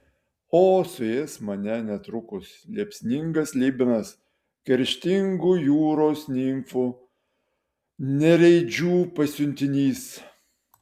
o suės mane netrukus liepsningas slibinas kerštingų jūros nimfų nereidžių pasiuntinys